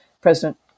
President